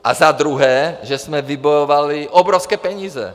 A za druhé, že jsme vybojovali obrovské peníze.